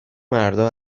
مردها